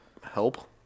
help